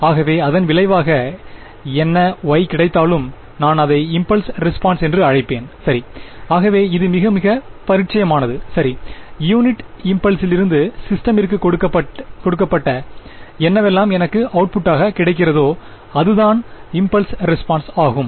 ஆகவே அதன் விளைவாக என்ன Y கிடைத்தாலும் நான் அதை இம்புலஸ் ரெஸ்பான்ஸ் என்று அழைப்பேன் சரி ஆகவே இது மிக மிக பரிச்சயமானது சரி யூநிட் இம்பல்சிலிருந்து சிஸ்டமிற்கு கொடுக்கப்பட்ட என்னவெல்லாம் எனக்கு அவுட்புட்ட்தாக கிடைக்கிறதோ அதுதான் இம்பல்ஸ் ரெஸ்பான்ஸ் ஆகும்